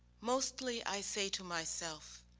mostly i say to myself,